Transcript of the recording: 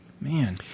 Man